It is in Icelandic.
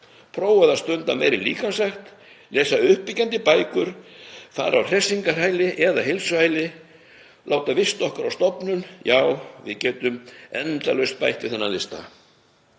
prófað að stunda meiri líkamsrækt, lesa uppbyggjandi bækur, fara á hressingarhæli og/eða heilsuhæli, láta vista okkar á stofnun — og við gætum endalaust bætt við þennan lista.